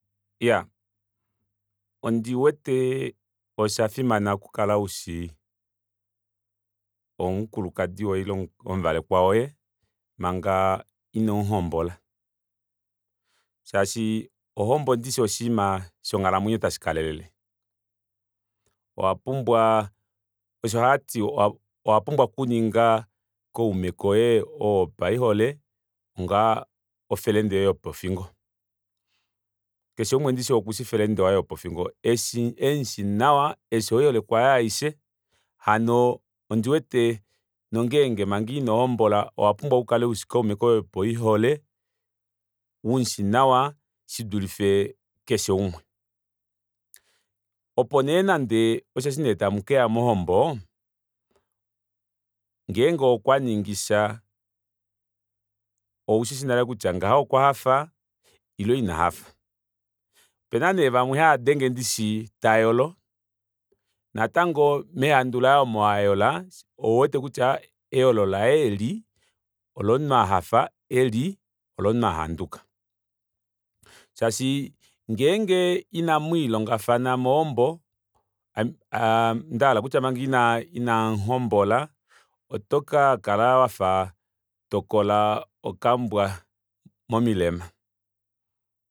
Iyaa ondiwete oshafimana okukala ushi omukulukadi woye ile omuvalekwa woye manga inomuhombola shaashi ombo ndishi oshinima shonghalamwenyo tashikalele osho haati owanpumbwa okuninga kaume koye wopaihole onga ofrende yoye yopofingo keshe umwe ndishi okushi frende waye wopofingo emushinawa eshi oihalekwa yaye aishe hano ondiwete nongenge manga ino hombola owapumbwa owapumbwa okukala ushi kaume koye kopaihole umushinawa shidulife keshe umwe opo nee nande osheshi nee tamukeya mohombo ngenge okwaningisha oushishi nale kutya ngaha okwahafa ile inahafa opena nee vamwe haadenge ndishi tayolo natango mehandu laye omo ayola ouwete kutya eyolo laye eli olomunhu ahafa eli olomunhu ahanduka shashi ngenge inamwiilongofana mohombo ndahala kutya manga inamuhombola otokakala wafa tokola okambwa momilema